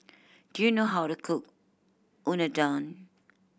do you know how to cook Unadon